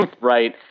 Right